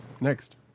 Next